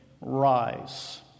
rise